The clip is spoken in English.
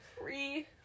Free